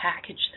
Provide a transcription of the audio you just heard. package